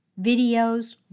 videos